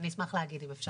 אני אשמח להגיד אם אפשר.